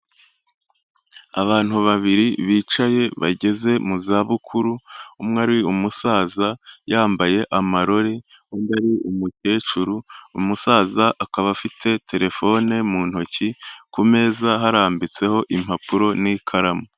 Abantu babiri bicaye bageze mu zabukuru, umwe ari umusaza yambaye amarori, undi ari umukecuru, umusaza akaba afite telefone mu ntoki, ku meza harambitseho impapuro n'ikaramu.